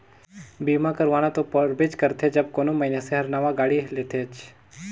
बीमा करवाना तो परबेच करथे जब कोई मइनसे हर नावां गाड़ी लेथेत